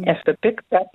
esu pikta